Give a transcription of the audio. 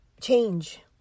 change